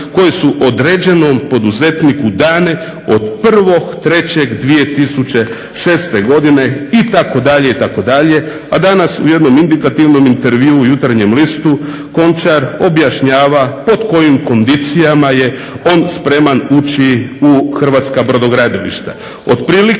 koje su određenom poduzetniku dane od 1.3.2006. godine itd. A danas u jednom indikativnom intervjuu u "Jutarnjem listu" Končar objašnjava pod kojim kondicijama je on spreman ući u hrvatska brodogradilišta.